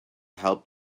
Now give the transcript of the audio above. helped